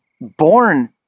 born